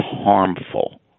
harmful